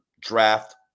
draft